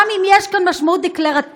גם אם יש כאן משמעות דקלרטיבית,